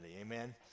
Amen